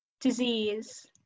Disease